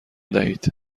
دهید